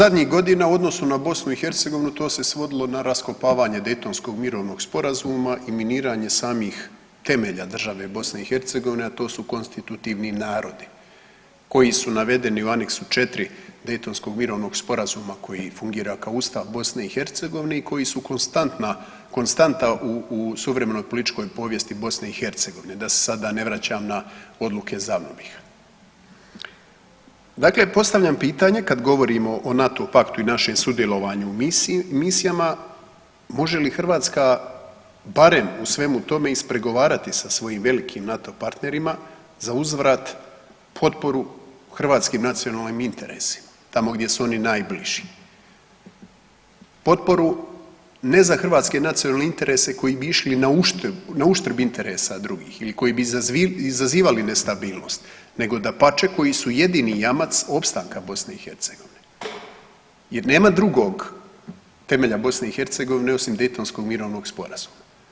U zadnjih godina u odnosu na BiH to se svodilo na raskopavanje Dejtonskog mirovnog sporazuma i miniranje samih temelja države BiH, a to su konstitutivni narodi koji su navedeni u aneksu 4. Dejtonskog mirovnog sporazuma koji fungira kao Ustav BiH i koji su konstantna, konstanta u suvremenoj političkoj povijesti BiH, da se sada ne vraćam na odluke … [[Govornik se ne razumije]] Dakle, postavljam pitanje kad govorimo o NATO paktu i našem sudjelovanju u misijama, može li Hrvatska barem u svemu tome ispregovarati sa svojim velikim NATO partnerima zauzvrat potporu hrvatskim nacionalnim interesima, tamo gdje su oni najbliži, potporu ne za hrvatske nacionalne interese koji bi išli na uštrb interesa drugih ili koji bi izazivali nestabilnost nego dapače koji su jedini jamac opstanka BiH jer nema drugog temelja BiH osim Dejtonskog mirovnog sporazuma.